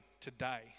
today